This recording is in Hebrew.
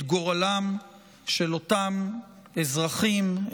את גורלם של אותם אזרחים,